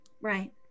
Right